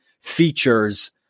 features